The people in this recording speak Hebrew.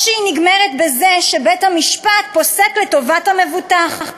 או שהיא נגמרת בזה שבית-המשפט פוסק לטובת המבוטח,